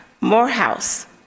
Morehouse